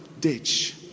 ditch